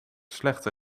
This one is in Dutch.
slechte